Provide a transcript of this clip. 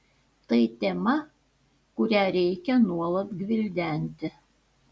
tai tema kurią reikia nuolat gvildenti